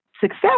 success